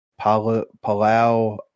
Palau